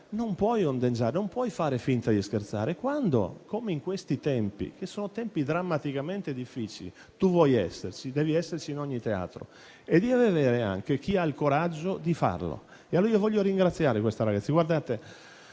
non puoi ondeggiare, non puoi fare finta di scherzare. Quando, come in questi tempi, che sono drammaticamente difficili, vuoi esserci, devi esserci in ogni teatro e avere anche chi ha il coraggio di farlo. Voglio allora ringraziare questi ragazzi. Tra